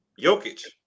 Jokic